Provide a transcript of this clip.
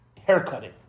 Haircutting